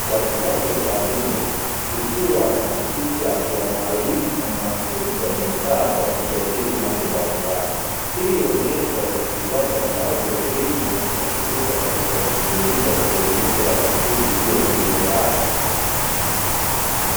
cha kidato cha nne kikiwa na picha ya mwalimu na mwanafunzi wamekaa wakijadili mambo mbalimbali, hii huonyesha jinsi gani ambavyo elimu inatumika katika kufundisha na kuelimisha wanafunzi juu ya viumbe hai.